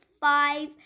five